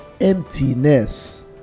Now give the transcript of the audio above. emptiness